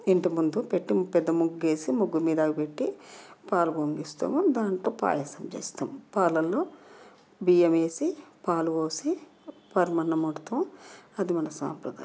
ఇంటి ముందు పెట్టి పెద్ద ముగ్గు వేసి ముగ్గు మీద పెట్టి పాలు పొంగిస్తాము దాంతో పాయసం చేస్తాము పాలలో బియ్యం వేసి పాలు పోసి పరమాన్నం వండుతాం అది మన సాంప్రదాయం